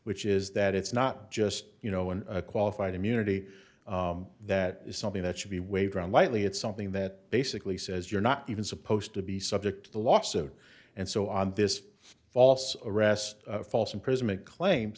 which is that it's not just you know in a qualified immunity that is something that should be waved around lightly it's something that basically says you're not even supposed to be subject to the lawsuit and so on this false arrest false imprisonment claims